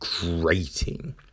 grating